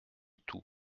tout